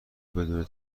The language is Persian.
بدون